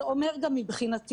זה אומר גם מבחינתי,